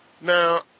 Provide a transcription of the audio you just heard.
Now